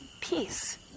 peace